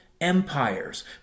Empires